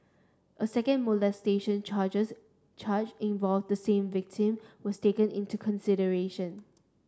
a second molestation charges charge involved the same victim was taken into consideration